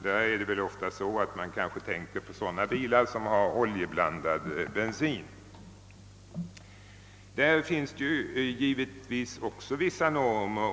Härvidlag tänker man kanske ofta på bilar som drivs med oljeblandad bensin. Givetvis finns det vissa normer.